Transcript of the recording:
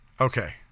Okay